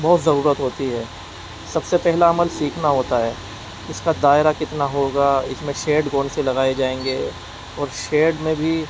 بہت ضرورت ہوتی ہے سب سے پہلا عمل سیکھنا ہوتا ہے اس کا دائرہ کتنا ہوگا اس میں شیڈ کون سے لگائے جائیں گے اور شیڈ میں بھی